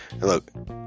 Look